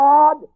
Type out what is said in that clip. God